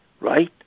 right